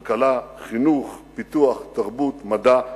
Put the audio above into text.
כלכלה, חינוך, פיתוח, תרבות, מדע,